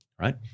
Right